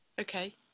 Okay